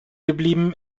geblieben